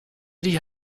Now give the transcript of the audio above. die